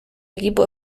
equipo